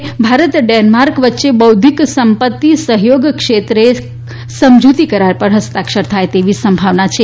આ અવસરે ભારત ડેનમાર્ક વચ્ચે બૌધ્ધિક સંપત્તિ સહયોગ ક્ષેત્રે સમજૂતી કરાર પર હસ્તાક્ષર થાય તેવી સંભાવના છે